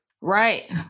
Right